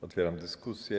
Otwieram dyskusję.